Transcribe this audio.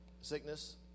sickness